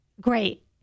great